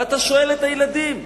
ואתה שואל את הילדים: